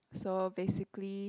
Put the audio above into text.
so basically